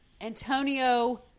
Antonio